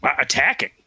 Attacking